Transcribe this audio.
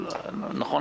נכון